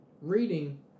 reading